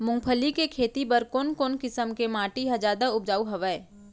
मूंगफली के खेती बर कोन कोन किसम के माटी ह जादा उपजाऊ हवये?